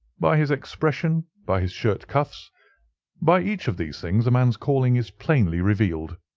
by his expression, by his shirt cuffs by each of these things a man's calling is plainly revealed.